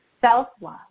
self-love